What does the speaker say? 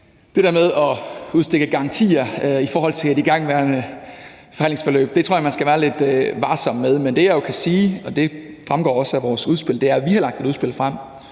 Det der med at udstikke garantier i forhold til et igangværende forhandlingsforløb tror jeg man skal være lidt varsom med. Men det, jeg jo kan sige – og det fremgår også af vores udspil – er, at vi har lagt et udspil frem,